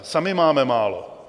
Sami máme málo!